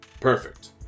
Perfect